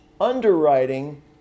underwriting